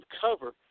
cover